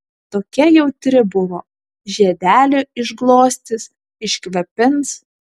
tokia jautri buvo žiedelį išglostys iškvėpins